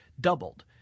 doubled